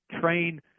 train –